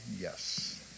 Yes